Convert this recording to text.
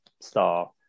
star